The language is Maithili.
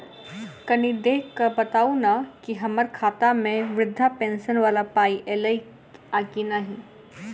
कनि देख कऽ बताऊ न की हम्मर खाता मे वृद्धा पेंशन वला पाई ऐलई आ की नहि?